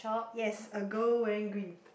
yes a girl wearing green